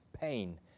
pain